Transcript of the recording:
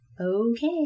Okay